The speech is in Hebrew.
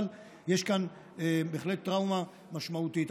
אבל יש כאן בהחלט טראומה משמעותית.